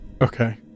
okay